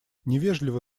невежливо